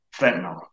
fentanyl